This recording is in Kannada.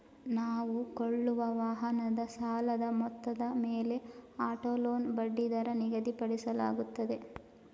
ನಾವು ಕೊಳ್ಳುವ ವಾಹನದ ಸಾಲದ ಮೊತ್ತದ ಮೇಲೆ ಆಟೋ ಲೋನ್ ಬಡ್ಡಿದರ ನಿಗದಿಪಡಿಸಲಾಗುತ್ತದೆ